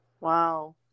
Wow